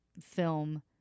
film